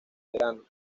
verano